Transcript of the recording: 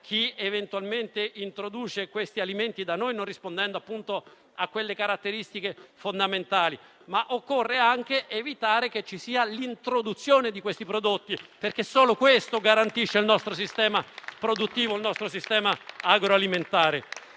chi eventualmente introduce questi alimenti da noi, non rispondendo a quelle caratteristiche fondamentali, ma anche evitare l'introduzione di tali prodotti, perché solo questo garantisce il nostro sistema produttivo e agroalimentare